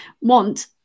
want